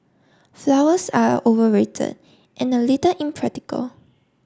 flowers are overrated and a little impractical